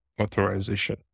authorization